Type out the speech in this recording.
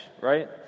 right